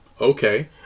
okay